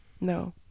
no